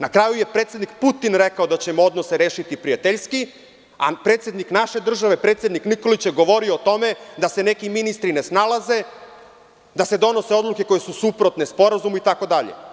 Na kraju je predsednik Putin rekao da ćemo odnose rešiti prijateljski, a predsednik naše države, predsednik Nikolić je govorio o tome da se neki ministri ne snalaze, da se donose odluke koje suprotne sporazumu, itd.